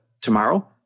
tomorrow